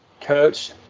Coach